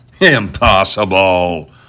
Impossible